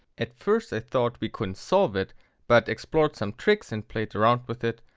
at first i thought we couldn't solve it but explored some tricks and played around with it,